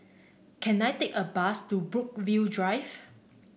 can I take a bus to Brookvale Drive